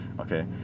okay